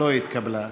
לא התקבלה.